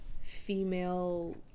female